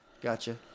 Gotcha